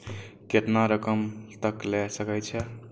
केतना रकम तक ले सके छै?